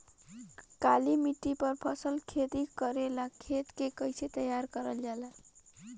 काली मिट्टी पर फसल खेती करेला खेत के कइसे तैयार करल जाला?